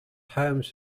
homes